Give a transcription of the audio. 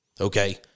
Okay